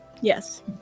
Yes